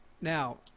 Now